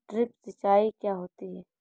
Drip सिंचाई क्या होती हैं?